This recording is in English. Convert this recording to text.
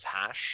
hash